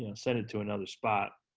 yeah send it to another spot.